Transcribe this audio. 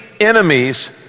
enemies